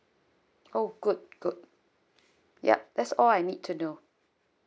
oh good good yup that's all I need to know